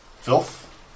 filth